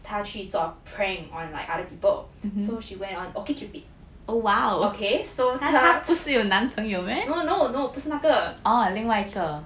她去做 prank on like other people so she went on OkCupid so 她 no no no 不是那个